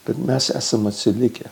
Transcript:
bet mes esam atsilikę